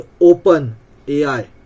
OpenAI